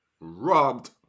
Robbed